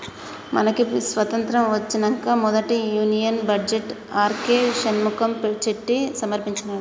మనకి స్వతంత్రం ఒచ్చినంక మొదటి union budget R K Shanmukham Chetty సమర్పించినాడు